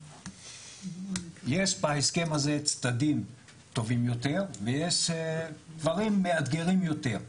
יש בהסכם הזה צדדים טובים יותר ויש דברים מאתגרים יותר.